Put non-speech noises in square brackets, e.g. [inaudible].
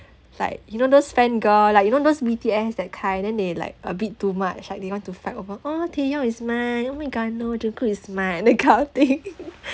like you know those fan girl like you know those B_T_S that kind then they like a bit too much like you want to fight over ah taehyung is mine oh my god no jungkook is mine that kind of thing [laughs]